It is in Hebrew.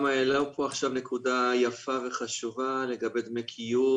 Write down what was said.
גם העלו פה עכשיו נקודה יפה וחשובה לגבי דמי קיום,